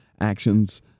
actions